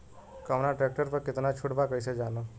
कवना ट्रेक्टर पर कितना छूट बा कैसे जानब?